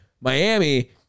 Miami